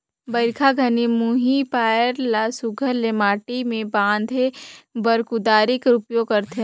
बरिखा घनी मुही पाएर ल सुग्घर ले माटी मे बांधे बर कुदारी कर उपियोग करथे